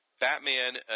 Batman